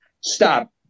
Stop